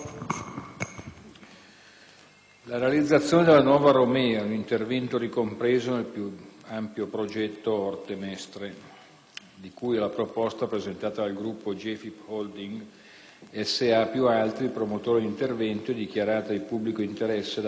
La realizzazione della «Nuova Romea» è un intervento ricompreso nel più ampio progetto Orte - Mestre di cui alla proposta presentata dal gruppo Gefip Holding S.A. più altri, promotore dell'intervento, e dichiarata di pubblico interesse da parte dell'ANAS.